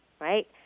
right